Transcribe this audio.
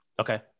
Okay